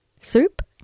soup